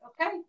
okay